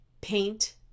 Paint